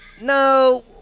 No